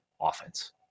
offense